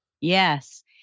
Yes